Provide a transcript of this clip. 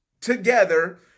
together